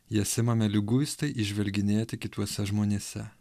jas imame liguistai įžvelginėti kituose žmonėse